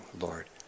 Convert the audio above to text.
Lord